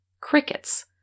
Crickets